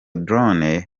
drone